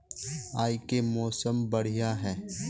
आय के मौसम बढ़िया है?